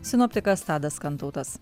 sinoptikas tadas kantautas